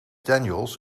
daniels